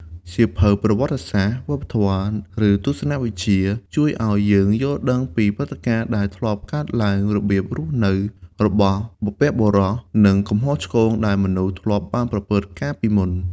សៀវភៅប្រវត្តិសាស្ត្រ វប្បធម៌ ឬទស្សនវិជ្ជា ជួយឱ្យយើងយល់ដឹងពីព្រឹត្តិការណ៍ដែលធ្លាប់កើតឡើង របៀបរស់នៅរបស់បុព្វបុរស និង កំហុសឆ្គង ដែលមនុស្សធ្លាប់បានប្រព្រឹត្តកាលពីមុន។